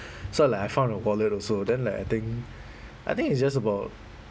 so like I found a wallet also then like I think I think it's just about